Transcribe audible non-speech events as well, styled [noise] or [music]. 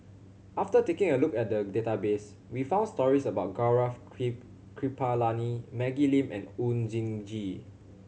after taking a look at the database we found stories about Gaurav [unintelligible] Kripalani Maggie Lim and Oon Jin Gee